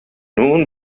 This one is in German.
nun